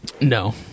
No